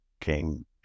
came